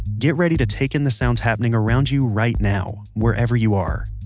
get ready to take in the sounds happening around you right now wherever you are.